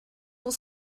will